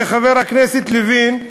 הרי חבר הכנסת לוין,